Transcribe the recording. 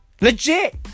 Legit